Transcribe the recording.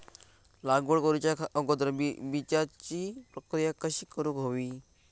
लागवड करूच्या अगोदर बिजाची प्रकिया कशी करून हवी?